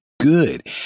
good